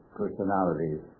personalities